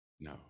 No